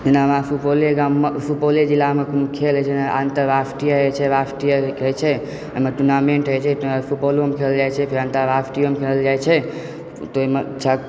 जेना हमरा सुपौले गाममे सुपौले जिलामे कोनो खेल होइत छै जेना अन्तर्राष्ट्रीय होइत छै राष्ट्रीय खेल होइत छै टूर्नामेन्ट होइत छै सुपौलोमे खेलल जाइत छै फेर अन्तर्राष्ट्रीयमे खेलल जाइत छै ताहिमे सब